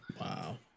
wow